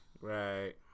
Right